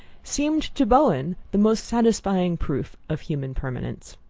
seemed to bowen the most satisfying proof of human permanence.